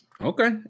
Okay